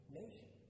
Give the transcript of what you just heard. nation